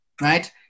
right